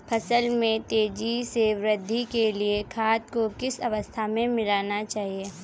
फसल में तेज़ी से वृद्धि के लिए खाद को किस अवस्था में मिलाना चाहिए?